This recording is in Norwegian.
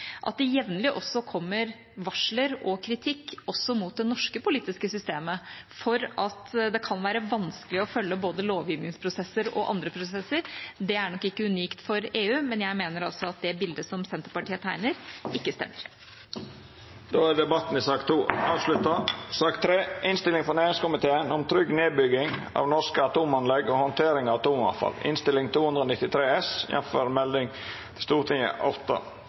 at det jevnlig kommer varsler og kritikk også mot det norske politiske systemet for at det kan være vanskelig å følge både lovgivningsprosesser og andre prosesser. Det er nok ikke unikt for EU. Men jeg mener altså at det bildet som Senterpartiet tegner, ikke stemmer. Debatten i sak nr. 2 er avslutta. Etter ynske frå næringskomiteen vil presidenten ordna debatten slik: 5 minutt til kvar partigruppe og 5 minutt til medlemer av